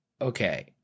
okay